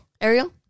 ariel